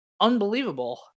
unbelievable